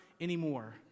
anymore